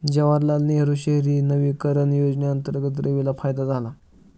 जवाहरलाल नेहरू शहरी नवीकरण योजनेअंतर्गत रवीला फायदा झाला